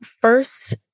first